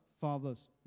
fathers